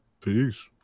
peace